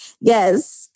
yes